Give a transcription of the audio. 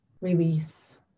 release